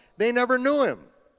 they never knew him,